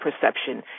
perception